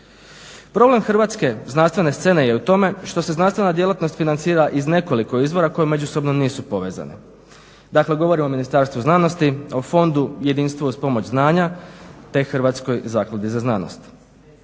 Problem hrvatske znanstvene scene je u tome što se znanstvena djelatnost financira iz nekoliko izvora koje međusobno nisu povezani. Dakle govorim o Ministarstvu znanosti, o Fondu Jedinstvo uz pomoć znanja te Hrvatskoj zakladi za znanost.